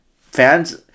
Fans